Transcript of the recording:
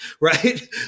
right